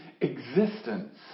existence